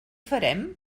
farem